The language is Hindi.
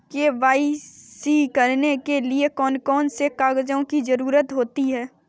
के.वाई.सी करने के लिए कौन कौन से कागजों की जरूरत होती है?